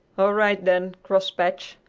all right, then, crosspatch,